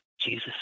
Jesus